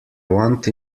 want